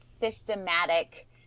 systematic